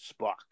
Spock